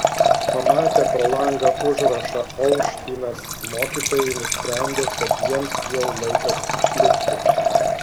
pamatę pro langą užrašą olštynas mokytojai nusprendė kad jiems jau laikas išlipti